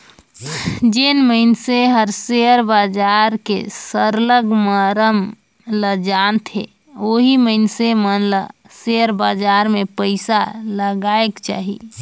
जेन मइनसे हर सेयर बजार के सरलग मरम ल जानथे ओही मइनसे मन ल सेयर बजार में पइसा लगाएक चाही